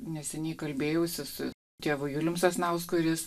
neseniai kalbėjausi su tėvu julium sasnausku ir jis